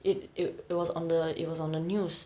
it it it was on the it was on the news